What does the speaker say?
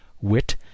wit